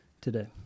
today